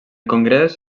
congrés